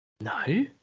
No